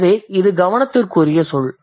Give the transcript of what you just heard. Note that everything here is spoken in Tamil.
எனவே இது கவனத்திற்குரிய சொல்